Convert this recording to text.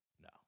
No